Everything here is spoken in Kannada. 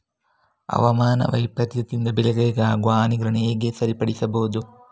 ಹವಾಮಾನ ವೈಪರೀತ್ಯದಿಂದ ಬೆಳೆಗಳಿಗೆ ಆಗುವ ಹಾನಿಗಳನ್ನು ಹೇಗೆ ಸರಿಪಡಿಸಬಹುದು?